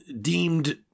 deemed